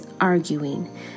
arguing